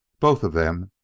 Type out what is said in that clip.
both of them,